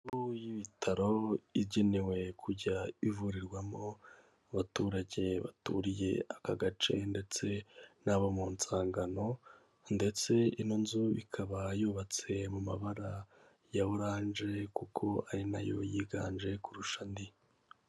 Inzu y'ibitaro igenewe kujya ivurirwamo abaturage baturiye aka gace ndetse n'abo mu nsangano ndetse ino nzu ikaba yubatse mu mabara ya oranje kuko ari na yo yiganje kurusha andi.